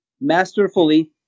masterfully